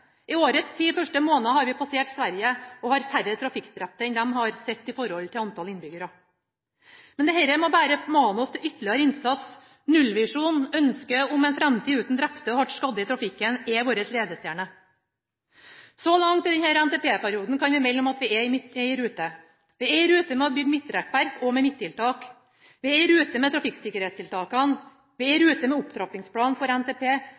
I årets ti første måneder har vi passert Sverige og har færre trafikkdrepte enn dem, sett i forhold til antall innbyggere. Dette må bare mane til ytterligere innsats. En nullvisjon, et ønske om en fremtid uten drepte og hardt skadde i trafikken, er vår ledestjerne. Så langt i denne NTP-perioden kan vi melde om at vi er i rute. Vi er i rute med å bygge midtrekkverk og med midttiltak. Vi er i rute med trafikksikkerhetstiltakene. Vi er i rute med opptrappingsplanen for NTP